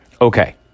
Okay